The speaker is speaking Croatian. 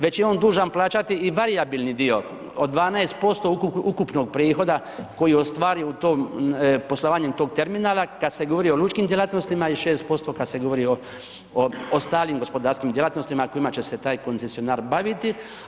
Već je on dužan plaćati i varijabilni dio od 12% ukupnog prihoda koji ostvari u tom, poslovanjem tog terminala, kad se govori o lučkim djelatnostima i 6% kad se govori o ostalim gospodarskim djelatnostima kojima će se taj koncesionar baviti.